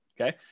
Okay